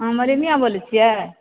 अहाँ मरण्या बोलै छियै